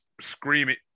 screaming